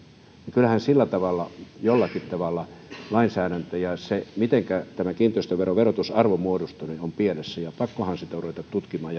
kyllähän siinä jollakin tavalla lainsäädäntö ja se mitenkä tämä kiinteistöveron verotusarvo muodostuu ovat pielessä pakkohan sitä on ruveta tutkimaan